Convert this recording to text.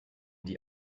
die